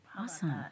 Awesome